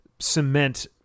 cement